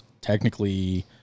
technically